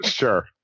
Sure